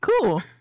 cool